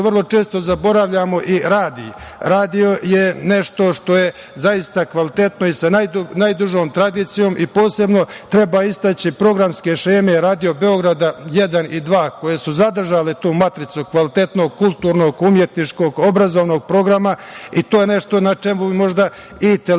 vrlo često zaboravljamo radio. Radio je nešto što je zaista kvalitetno i sa najdužom tradicijom, i posebno treba istaći programske šeme Radio Beograda 1 i 2, koje su zadržale tu matricu kvalitetnog, kulturnog, umetničkog, obrazovanog programa. To je nešto na čemu možda, i televizijski